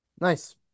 nice